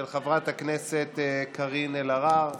של חברת הכנסת קארין אלהרר.